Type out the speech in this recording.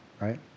right